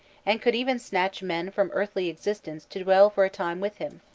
and could even snatch men from earthly existence to dwell for a time with him,